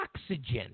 oxygen